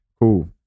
cool